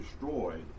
destroyed